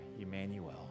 Emmanuel